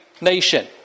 nation